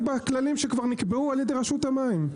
בכללים שכבר נקבעו על ידי רשות המים.